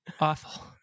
Awful